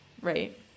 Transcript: right